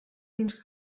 fins